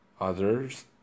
others